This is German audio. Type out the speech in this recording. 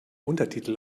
untertitel